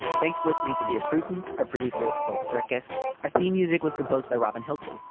thanks for listening to dear prudence, a producer, phil circus our theme music was composed by robin hilton.